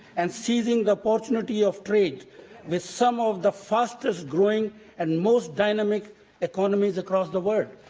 and seizing the opportunity of trade with some of the fastest growing and most dynamic economies across the world.